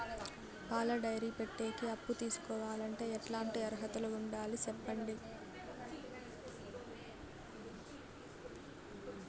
పాల డైరీ పెట్టేకి అప్పు తీసుకోవాలంటే ఎట్లాంటి అర్హతలు ఉండాలి సెప్పండి?